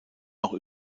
auch